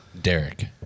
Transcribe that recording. Derek